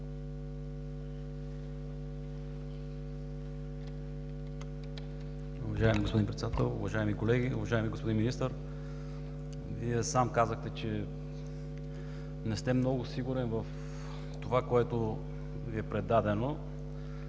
Вие сам казахте, че не сте много сигурен в това, което Ви е предадено.